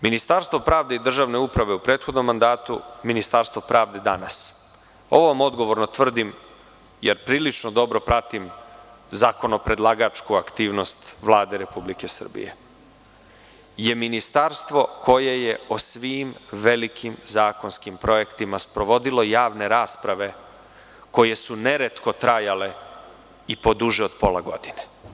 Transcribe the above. Ministarstvo pravde i državne uprave u prethodnom mandatu, Ministarstvo pravde danas, ovo vam odgovorno tvrdim, jer prilično dobro pratim zakonopredlagačku aktivnost Vlade Republike Srbije, je ministarstvo koje je o svim velikim zakonskim projektima sprovodilo javne rasprave koje su neretko trajale i po duže od pola godine.